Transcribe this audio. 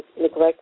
neglect